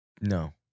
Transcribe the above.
No